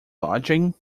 lodging